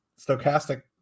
Stochastic